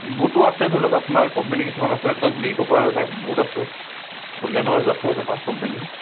বুটো আছে ধৰি লওক আপোনাৰ কোম্পেনী কিছুমান আছে ধৰক লি কপাৰ টাইপ বুট আছে উডলেনৰ আছে এনেকুৱা কোম্পেনী